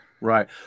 Right